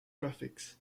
graphics